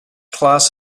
class